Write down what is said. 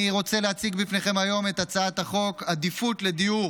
אני רוצה להציג בפניכם היום את הצעת החוק עדיפות לדיור